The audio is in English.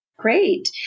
Great